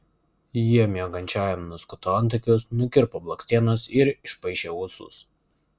jie miegančiajam nuskuto antakius nukirpo blakstienas ir išpaišė ūsus